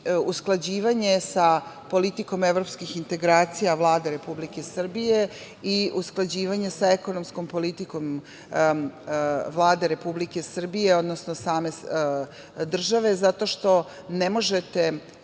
usklađivanje sa politikom evropskih integracija Vlade Republike Srbije i usklađivanje sa ekonomskom politikom Vlade Republike Srbije, odnosno same države, zato što ne možete